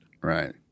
Right